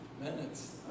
minutes